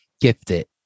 gifted